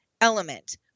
element